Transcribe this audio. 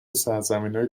سرزمینای